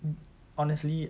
um honestly